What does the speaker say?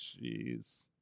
Jeez